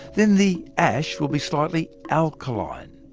then the ash will be slightly alkaline.